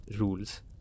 rules